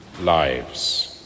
lives